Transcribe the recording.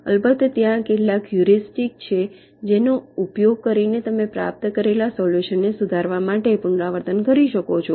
અલબત્ત ત્યાં કેટલાક હ્યુરિસ્ટિક્સ છે જેનો ઉપયોગ કરીને તમે પ્રાપ્ત કરેલા સોલ્યુશનને સુધારવા માટે પુનરાવર્તન કરી શકો છો